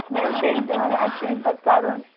مےٚ ٲس بیٚنہِ تہِ وَنان اَسہِ چھِ امہِ پَتہٕ کَرُن